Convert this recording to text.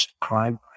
crime